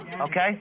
okay